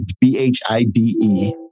B-H-I-D-E